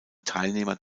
teilnehmer